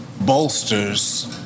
bolsters